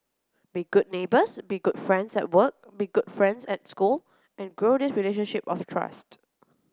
be good neighbours be good friends at work be good friends at school and grow this relationship of trust